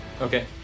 Okay